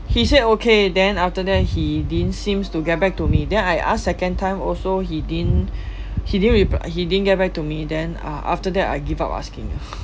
he said okay then after that he didn't seems to get back to me then I ask second time also he didn't he didn't repl~ he didn't get back to me then uh after that I give up asking ah